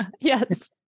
Yes